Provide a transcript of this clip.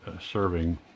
serving